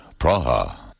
Praha